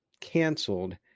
canceled